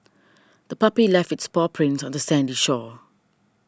the puppy left its paw prints on the sandy shore